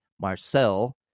Marcel